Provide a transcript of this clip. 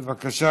בבקשה.